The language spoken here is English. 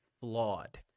flawed